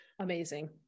Amazing